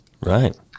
Right